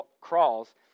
crawls